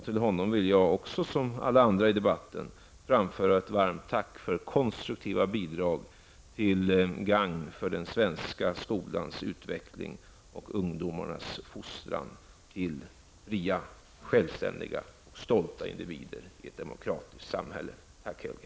Till honom vill jag, som alla andra i debatten, framföra ett varmt tack för konstruktiva bidrag till gagn för den svenska skolans utveckling och ungdomarnas fostran till fria, självständiga och stolta individer i ett demokratiskt samhälle. Tack Helge!